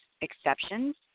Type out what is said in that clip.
exceptions